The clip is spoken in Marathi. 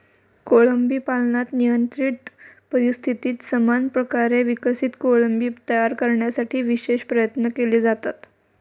कोळंबी पालनात नियंत्रित परिस्थितीत समान प्रकारे विकसित कोळंबी तयार करण्यासाठी विशेष प्रयत्न केले जातात